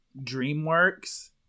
DreamWorks